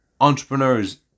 entrepreneurs